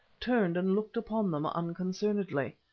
turned and looked upon them unconcernedly.